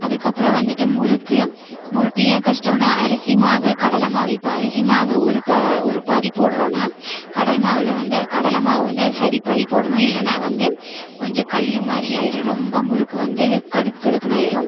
அதற்கப்பறம் வந்துவிட்டு முறுக்கு முறுக்கு ஏன் கஷ்டம்னா அரிசி மாவு கடலைமாவு இப்போ அரிசிமாவு ஒரு பா ஒரு பாதி போடுறோன்னா கடலை மாவில் வந்து கடலை மாவு வந்து அது சரி பாதி போடணும் இல்லைனா வந்து கொஞ்சம் கல் மாதிரி ஆயிரும் ரொம்ப முறுக்கு வந்து கடுக்கு கடுக்குன்னு ஆயிரும்